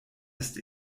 ist